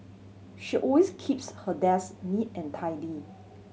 she always keeps her desk neat and tidy